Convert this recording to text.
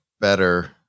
better